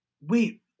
wait